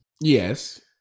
Yes